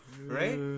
Right